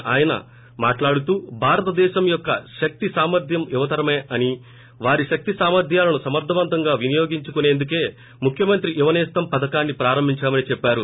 ఈ సందర్భముగా మట్లాడుతూ భారతదేశం యొక్క శక్తి సామర్వం యువతరమే అని వారి శక్తి సామర్ధ్యాలను సమర్గవంతంగా వినియోగించుకునేందుకే ముఖ్యమంత్రి యువనేస్తం పథకాన్ని ప్రారంభించామని చెప్పారు